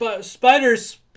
Spiders